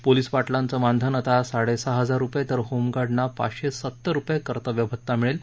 police पाटलांचं मानधन आता साडेसहा हजार रुपये तर होमगार्डना पाचशे सतर रुपये कर्तव्यभता मिळेल